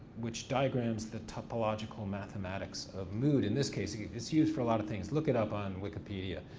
which diagrams the topological mathematics of mood, in this case, it's used for a lot of things. look it up on wikipedia.